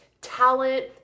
talent